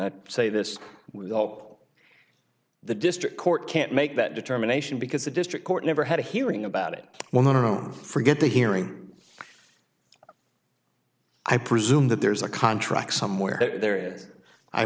when say this all the district court can't make that determination because the district court never had a hearing about it when our own forget the hearing i presume that there's a contract somewhere there i